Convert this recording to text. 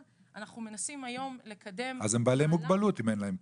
אנחנו מנסים היום לקדם --- אז הם בעלי מוגבלות אם אין להם קשב.